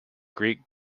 greek